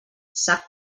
sap